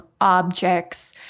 objects